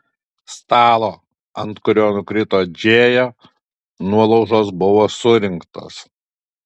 stalo ant kurio nukrito džėja nuolaužos buvo surinktos